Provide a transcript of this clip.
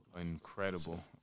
incredible